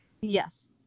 Yes